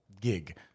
gig